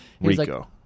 rico